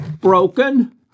broken